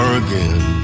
again